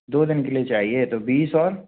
दो दिन के लिए चाहिए तो बीस और